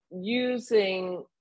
using